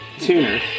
tuner